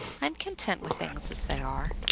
i'm content with things as they are.